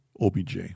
OBJ